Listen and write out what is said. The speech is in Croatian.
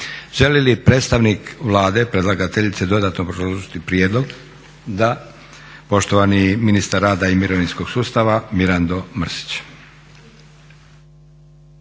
Želi li predstavnik Vlade, predlagateljice dodatno obrazložiti prijedlog? Da. Poštovani ministar rada i mirovinskog sustava Mirando Mrsić.